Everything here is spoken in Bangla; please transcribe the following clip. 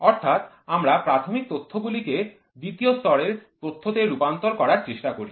অর্থাৎ আমরা প্রাথমিক তথ্যগুলিকে দ্বিতীয় স্তরের তথ্যতে রূপান্তর করার চেষ্টা করি